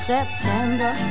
September